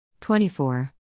24